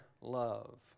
love